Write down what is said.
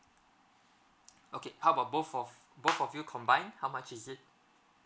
okay how about both of both of you combine how much is it